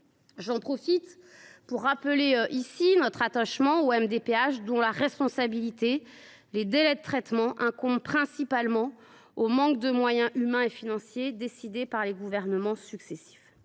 J’en profite pour rappeler notre attachement aux MDPH, dont la responsabilité dans les délais de traitement incombe principalement au manque de moyens humains et financiers mobilisés par les gouvernements successifs.